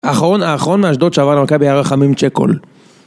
האחרון, האחרון מאשדוד שעבר למכבי היה רחמים צ'קול